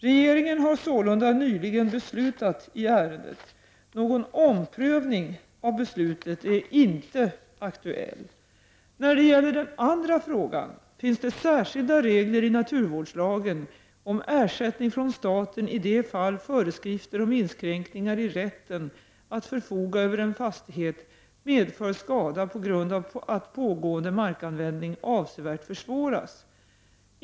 Regeringen har sålunda nyligen beslutat i ärendet. Någon omprövning av beslutet är inte aktuell. När det gäller den andra frågan finns det särskilda regler i naturvårdslagen om ersättning från staten i de fall föreskrifter om inskränkningar i rätten att förfoga över en fastighet medför skada på grund av att pågående markanvändning avsevärt försvåras.